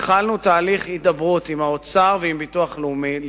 התחלנו תהליך הידברות עם האוצר ועם הביטוח הלאומי,